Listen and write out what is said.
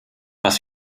was